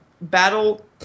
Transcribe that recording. battle